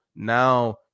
Now